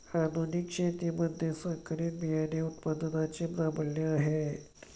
आधुनिक शेतीमध्ये संकरित बियाणे उत्पादनाचे प्राबल्य आहे